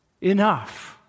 enough